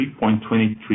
3.23